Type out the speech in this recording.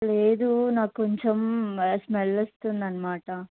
లేదు నాకు కొంచెం స్మెల్ వస్తుందనమాట